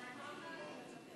נוכחת ומוותרת.